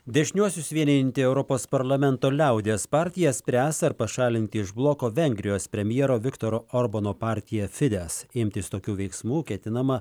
dešiniuosius vienijanti europos parlamento liaudies partija spręs ar pašalinti iš bloko vengrijos premjero viktoro orbano partiją fides imtis tokių veiksmų ketinama